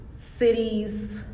cities